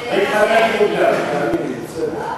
אז מה אם אני, למה אתה, אני, תאמיני לי, בסדר.